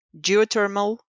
geothermal